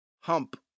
hump